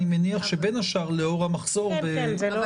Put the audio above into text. אני מניח שבין השאר בשל המחסור --- אבל